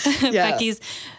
Becky's